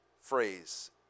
phrase